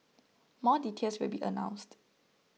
more details will be announced